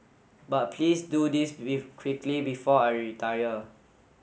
but please do this quickly before I retire